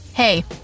Hey